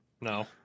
No